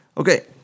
Okay